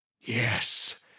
Yes